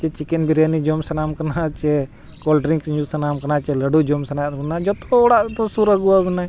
ᱥᱮ ᱪᱤᱠᱮᱱ ᱵᱤᱨᱭᱟᱱᱤ ᱡᱚᱢ ᱥᱟᱱᱟᱢ ᱠᱟᱱᱟ ᱥᱮ ᱠᱳᱞᱰᱨᱤᱝᱠ ᱧᱩ ᱥᱟᱱᱟᱢ ᱠᱟᱱᱟ ᱥᱮ ᱞᱟᱹᱰᱩ ᱡᱚᱢ ᱥᱟᱱᱟᱭᱮᱫ ᱵᱚᱱᱟ ᱡᱚᱛᱚ ᱚᱲᱟᱜ ᱫᱚ ᱥᱩᱨ ᱟᱹᱜᱩᱣᱟᱵᱤᱱᱟᱭ